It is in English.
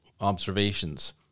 observations